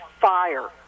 fire